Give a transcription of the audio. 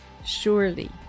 Surely